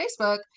Facebook